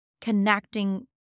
connecting